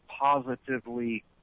positively